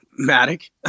Matic